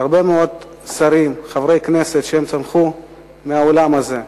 הרבה מאוד שרים וחברי כנסת שצמחו מהעולם הזה.